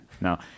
No